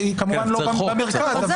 היא כמובן לא במרכז,